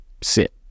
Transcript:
sit